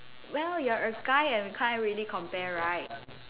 well you are a guy and can't really compare right